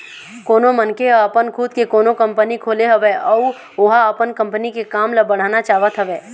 कोनो मनखे ह अपन खुद के कोनो कंपनी खोले हवय अउ ओहा अपन कंपनी के काम ल बढ़ाना चाहत हवय